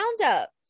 roundup